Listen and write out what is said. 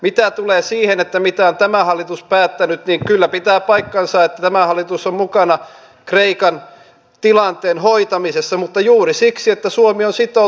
mitä tulee siihen mitä on tämä hallitus päättänyt niin kyllä pitää paikkansa että tämä hallitus on mukana kreikan tilanteen hoitamisessa mutta juuri siksi että suomi on sitoutunut tähän evmään